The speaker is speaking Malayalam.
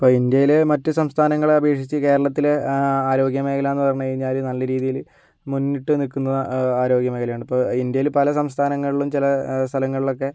അപ്പോൾ ഇന്ത്യയില് മറ്റ് സംസ്ഥാനങ്ങളെ അപേക്ഷിച്ചു കേരളത്തില് ആരോഗ്യ മേഖലാന്ന് പറഞ്ഞ് കഴിഞ്ഞാല് നല്ല രീതീയില് മുന്നിട്ട് നിൽക്കുന്ന ആരോഗ്യമേഖലയാണ് ഇപ്പ ഇന്ത്യയില് പല സംസ്ഥാനങ്ങളിലും ചെല സ്ഥലങ്ങളിലൊക്കെ